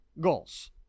goals